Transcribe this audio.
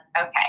okay